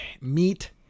meat